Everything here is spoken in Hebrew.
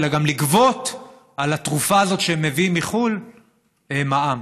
אלא גם לגבות על התרופה הזאת שהם מביאים מחו"ל מע"מ,